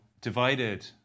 divided